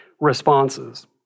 responses